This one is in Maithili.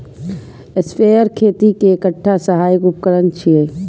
स्प्रेयर खेती के एकटा सहायक उपकरण छियै